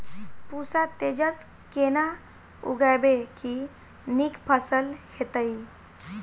पूसा तेजस केना उगैबे की नीक फसल हेतइ?